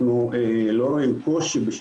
בוקר טוב לכולם,